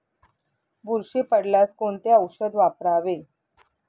बुरशी पडल्यास कोणते औषध वापरावे?